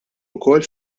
wkoll